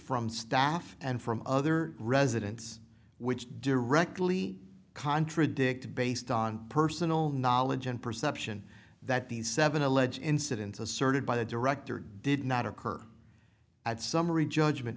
from staff and from other residents which directly contradict based on personal knowledge and perception that these seven alleged incidents asserted by the director did not occur and summary judgment